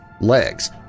legs